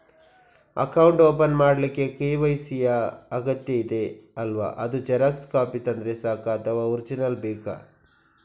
Account open ಮಾಡ್ಲಿಕ್ಕೆ KYC ಯಾ ಅಗತ್ಯ ಇದೆ ಅಲ್ವ ಅದು ಜೆರಾಕ್ಸ್ ಕಾಪಿ ತಂದ್ರೆ ಸಾಕ ಅಥವಾ ಒರಿಜಿನಲ್ ಬೇಕಾ?